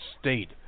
state